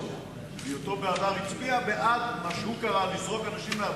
אם הוא האשים את חבר הכנסת פלסנר שזרק אנשים מהבית,